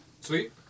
Sweet